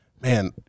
man